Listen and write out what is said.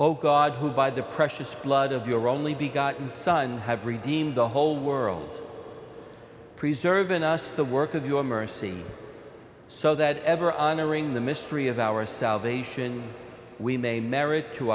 oh god who by the precious blood of your only be gotten son have redeemed the whole world preserve in us the work of your mercy so that ever honoring the mystery of our salvation we may merit to